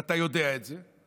ואתה יודע את זה.